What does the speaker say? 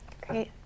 Great